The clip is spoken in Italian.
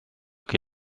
che